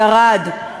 ירד.